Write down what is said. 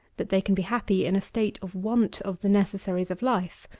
that they can be happy in a state of want of the necessaries of life.